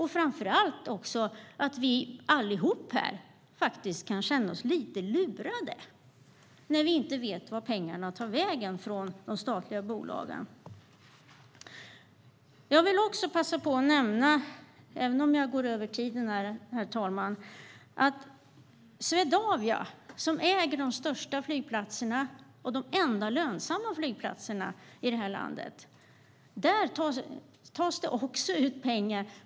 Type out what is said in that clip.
Framför allt handlar det om att vi allihop här kan känna oss lite lurade, när vi inte vet vart pengarna från de statliga bolagen tar vägen. Jag vill också passa på att nämna att det från Swedavia, som äger de största flygplatserna och de enda lönsamma flygplatserna i landet, också tas ut pengar.